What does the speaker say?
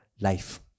life